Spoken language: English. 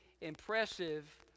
impressive